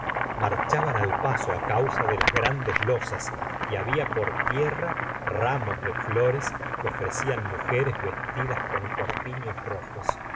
marchaban al paso á causa de las gra n des losas y había por tierra ramos de flores que ofrecían mujeres vestidas con corpiños rojos